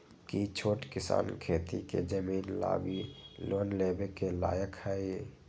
कि छोट किसान खेती के जमीन लागी लोन लेवे के लायक हई?